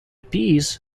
piece